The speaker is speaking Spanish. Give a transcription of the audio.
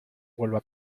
vuelva